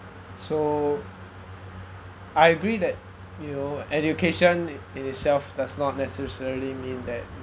so I agree that you know education in itself does not necessarily mean that